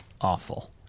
awful